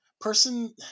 Person